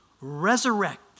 resurrect